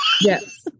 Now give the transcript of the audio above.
yes